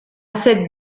cette